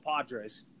Padres